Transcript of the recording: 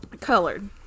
Colored